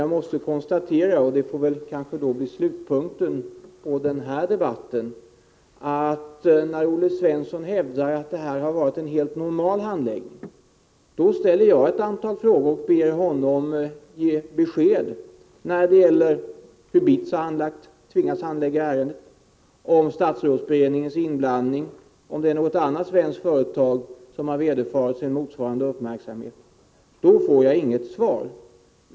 Jag måste konstatera — och det får kanske bli slutpunkten i denna debatt — att när Olle Svensson hävdar att detta varit en helt normal handläggning ställer jag ett antal frågor och ber honom ge besked om hur BITS tvingats handlägga ärendet, om statsrådsberedningens inblandning och om det är något annat svenskt företag som har vederfarits en motsvarande uppmärksamhet. Då får jag inget svar.